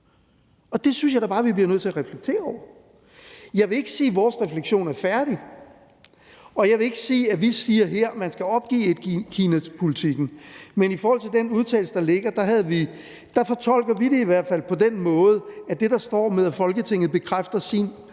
og det synes jeg da bare vi bliver nødt til at reflektere over. Jeg vil ikke sige, at vores refleksion er færdig, og jeg vil ikke sige, at vi her siger, at man skal opgive etkinapolitikken. Men i forhold til den udtalelse, der ligger, fortolker vi det i hvert fald på den måde, at med hensyn til det, der står, med, at Folketinget bekræfter sin